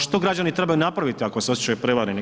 Što građani trebaju napraviti ako se osjećaju prevareni.